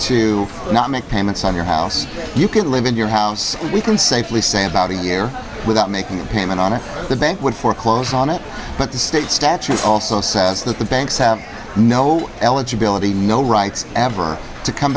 to not make payments on your house you can live in your house we can safely say about a year without making a payment on it the bank would foreclose on it but the state statute also says that the banks have no eligibility no rights ever to come